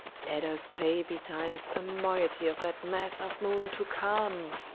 let us pay betimes a moiety of that mass of moan to come.